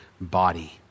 body